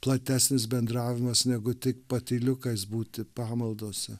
platesnis bendravimas negu tik patyliukais būti pamaldose